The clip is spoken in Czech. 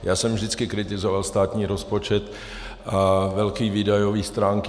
Já jsem vždycky kritizoval státní rozpočet a velké výdajové stránky.